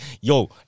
yo